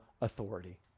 authority